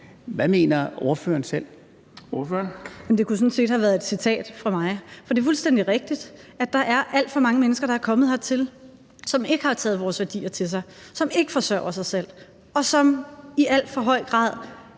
Vermund (NB): Det kunne sådan set have været et citat fra mig. For det er fuldstændig rigtigt, at der er alt for mange mennesker, der er kommet hertil, som ikke har taget vores værdier til sig, som ikke forsørger sig selv, og som i alt for høj grad